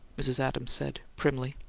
mrs. adams said, primly.